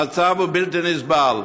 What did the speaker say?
המצב הוא בלתי נסבל.